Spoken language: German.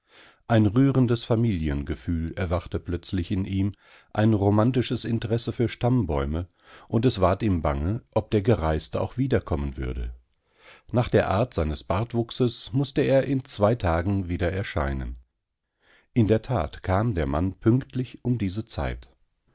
ein rührendes familiengefühl erwachte plötzlich in ihm ein romantisches interesse für stammbäume und es ward ihm bange ob der gereiste auch wiederkommen würde nach der art seines bartwuchses mußte er in zwei tagen wieder erscheinen in der tat kam der mann pünktlich um diese zeit